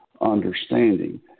understanding